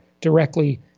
directly